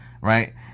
Right